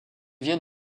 vient